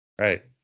Right